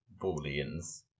booleans